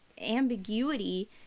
ambiguity